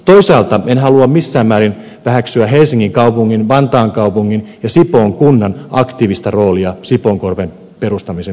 toisaalta en halua missään määrin väheksyä helsingin kaupungin vantaan kaupungin ja sipoon kunnan aktiivista roolia sipoonkorven perustamisen puolesta